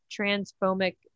transphobic